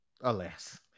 alas